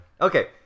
Okay